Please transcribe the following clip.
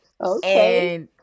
Okay